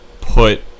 put